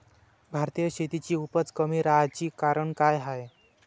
भारतीय शेतीची उपज कमी राहाची कारन का हाय?